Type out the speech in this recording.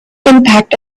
impact